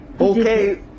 Okay